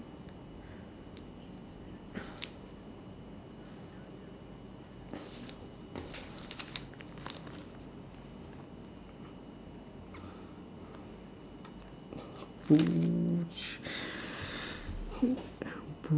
mm